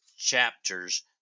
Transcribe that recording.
Chapters